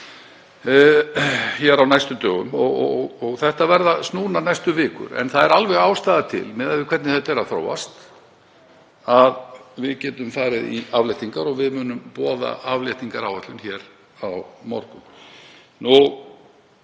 hér á næstu dögum, og þetta verða snúnar næstu vikur. En það lítur út fyrir, miðað við hvernig mál eru að þróast, að við getum farið í afléttingar og við munum boða afléttingaráætlun hér á morgun.